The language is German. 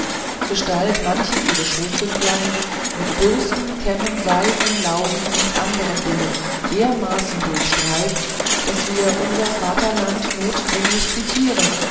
gestalt manche ihr schoßhündlein mit bürsten kämmen seifen laugen und andern dingen dermaßen durchstreift daß wir unser vatterland notdringlich quittieren